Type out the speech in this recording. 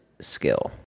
skill